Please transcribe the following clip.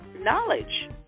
knowledge